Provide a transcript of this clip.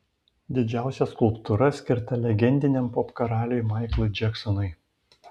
didžiausia skulptūra skirta legendiniam popkaraliui maiklui džeksonui